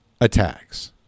attacks